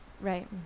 Right